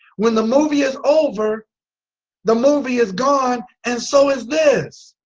when the movie is over the movie is gone and so is this.